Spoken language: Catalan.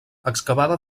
excavada